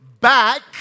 back